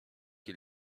qui